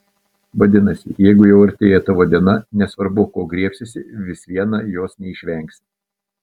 vadinasi jeigu jau artėja tavo diena nesvarbu ko griebsiesi vis viena jos neišvengsi